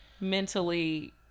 mentally